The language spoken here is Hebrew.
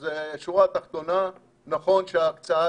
אז השורה התחתונה, נכון שההקצאה